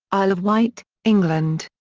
isle of wight, england.